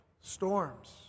storms